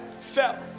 fell